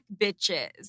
bitches